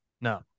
No